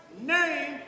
name